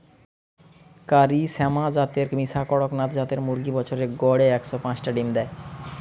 কারি শ্যামা জাতের মিশা কড়কনাথ জাতের মুরগি বছরে গড়ে একশ পাচটা ডিম দেয়